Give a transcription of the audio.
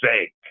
sake